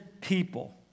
people